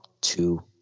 two